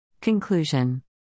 Conclusion